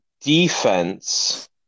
defense